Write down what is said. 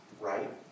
right